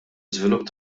iżvilupp